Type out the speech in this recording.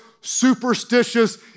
superstitious